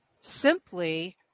simply